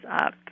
up